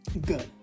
good